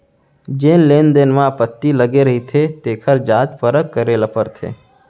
जेन लेन देन म आपत्ति लगे रहिथे तेखर जांच परख करे ल परथे